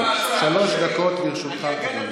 שלוש דקות לרשותך, אדוני.